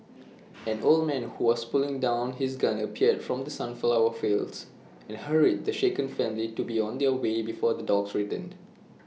an old man who was putting down his gun appeared from the sunflower fields and hurried the shaken family to be on their way before the dogs return